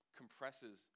compresses